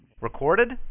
Recorded